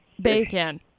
bacon